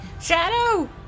Shadow